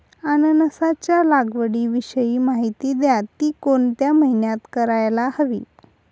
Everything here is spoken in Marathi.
अननसाच्या लागवडीविषयी माहिती द्या, ति कोणत्या महिन्यात करायला हवी?